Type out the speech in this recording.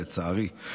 לצערי,